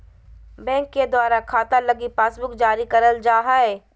bank के द्वारा खाता लगी पासबुक जारी करल जा हय